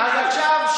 בקשב.